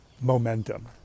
momentum